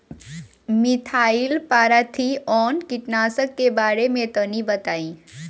Methyl parathion कीटनाशक के बारे में तनि बताई?